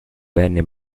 venne